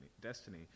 destiny